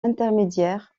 intermédiaire